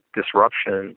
disruption